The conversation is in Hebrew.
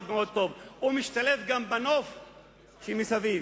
והוא גם משתלב בנוף שמסביב.